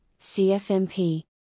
CFMP